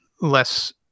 Less